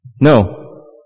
No